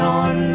on